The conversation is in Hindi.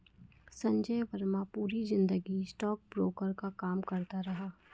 संजय वर्मा पूरी जिंदगी स्टॉकब्रोकर का काम करता रहा